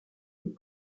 des